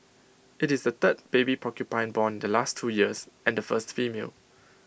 IT is the third baby porcupine born in the last two years and the first female